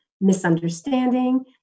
misunderstanding